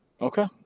Okay